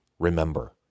Remember